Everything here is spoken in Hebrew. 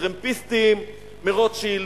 הטרמפיסטים מרוטשילד,